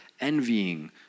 envying